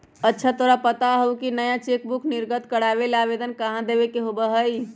अच्छा तोरा पता हाउ नया चेकबुक निर्गत करावे ला आवेदन कहाँ देवे के होबा हई?